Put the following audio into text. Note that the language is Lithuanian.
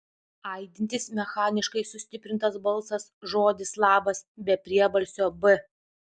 aidintis mechaniškai sustiprintas balsas žodis labas be priebalsio b